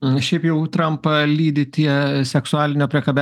šiaip jau trampą lydi tie seksualinio priekabiavimo kaltinimai